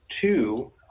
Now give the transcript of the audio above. Two